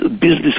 business